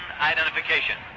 identification